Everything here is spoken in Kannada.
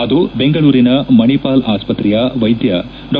ಅದು ಬೆಂಗಳೂರಿನ ಮಣಿಪಾಲ್ ಆಸ್ವತ್ತೆಯ ವೈದ್ಯ ಡಾ